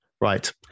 Right